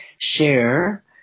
share